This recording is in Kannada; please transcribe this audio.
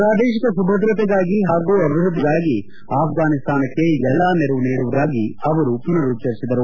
ಪ್ರಾದೇಶಿಕ ಸುಭದ್ರತೆಗಾಗಿ ಹಾಗೂ ಅಭಿವೃದ್ಧಿಗಾಗಿ ಆಫ್ಘಾನಿಸ್ತಾನಕ್ಕೆ ಎಲ್ಲ ನೆರವು ನೀಡುವುದಾಗಿ ಅವರು ಪುನರುಚ್ಚರಿಸಿದ್ದರು